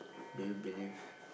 do you believe